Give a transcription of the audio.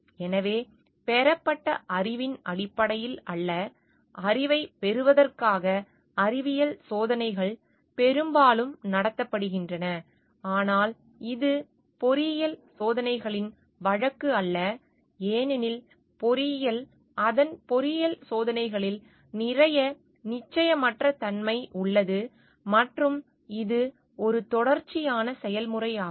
எனவே பெறப்பட்ட அறிவின் அடிப்படையில் அல்ல அறிவைப் பெறுவதற்காக அறிவியல் சோதனைகள் பெரும்பாலும் நடத்தப்படுகின்றன ஆனால் இது பொறியியல் சோதனைகளின் வழக்கு அல்ல ஏனெனில் பொறியியல் அதன் பொறியியல் சோதனைகளில் நிறைய நிச்சயமற்ற தன்மை உள்ளது மற்றும் இது ஒரு தொடர்ச்சியான செயல்முறையாகும்